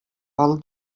калды